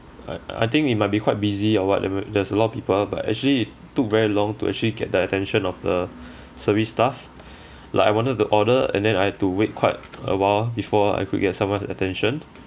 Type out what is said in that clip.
I I think it might be quite busy or whateve~ there's a lot of people but actually it took very long to actually get the attention of the service staff like I wanted to order and then I had to wait quite awhile before I could get someone's attention